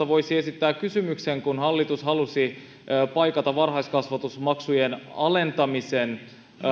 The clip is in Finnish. voisi esittää kysymyksen kun hallitus halusi paikata varhaiskasvatusmaksujen alentamisen